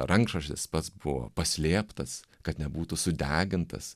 rankšraštis pats buvo paslėptas kad nebūtų sudegintas